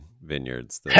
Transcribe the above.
vineyards